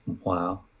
wow